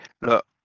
look